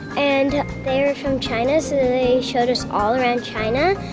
and they were from china, so they showed us all around china.